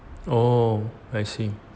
oh I see